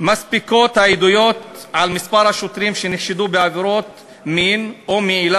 מודיע לכם כי הרצח על רקע מה שמכונה "כבוד המשפחה" מנוגד